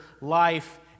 life